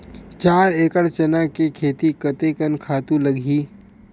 चार एकड़ चना के खेती कतेकन खातु लगही?